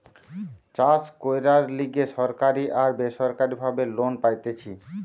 চাষ কইরার লিগে সরকারি আর বেসরকারি ভাবে লোন পাইতেছি